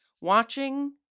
Watching